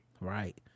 Right